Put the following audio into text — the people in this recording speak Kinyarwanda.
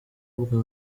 bwa